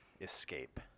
escape